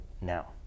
now